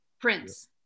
Prince